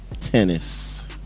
tennis